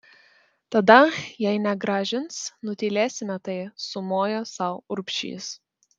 tada jei negrąžins nutylėsime tai sumojo sau urbšys